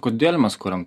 kodėl mes kuriam